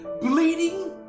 bleeding